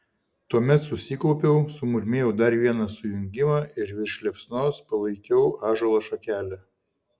tuomet susikaupiau sumurmėjau dar vieną sujungimą ir virš liepsnos palaikiau ąžuolo šakelę